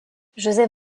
joseph